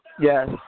yes